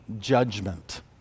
judgment